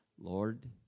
Lord